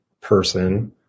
person